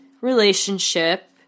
relationship